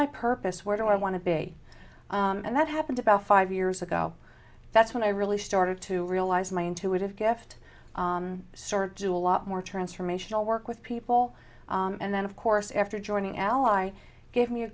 my purpose where do i want to be and that happened about five years ago that's when i really started to realize my intuitive gift sort do a lot more transformational work with people and then of course after joining ally gave me a